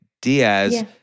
Diaz